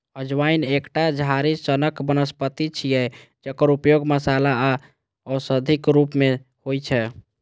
अजवाइन एकटा झाड़ी सनक वनस्पति छियै, जकर उपयोग मसाला आ औषधिक रूप मे होइ छै